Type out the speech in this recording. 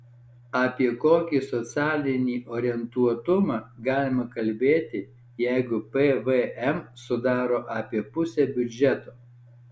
apie kokį socialinį orientuotumą galima kalbėti jeigu pvm sudaro apie pusę biudžeto